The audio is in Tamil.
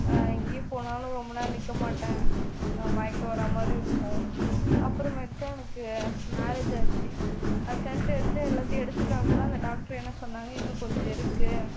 எங்கேயும் போனாலும் ரொம்ப நேரம் நிற்க மாட்டேன் மயக்கம் வர மாதிரிருக்கும் அப்புறமேட்டுக்க எனக்கு மேரேஜ் ஆகிடிச்சி ஸ்டென்ட் வந்து எல்லாத்தையும் எடுத்துவிட்டா கூட அந்த டாக்டர் என்ன சொன்னாங்க இன்னும் கொஞ்சம் இருக்கு